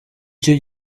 icyo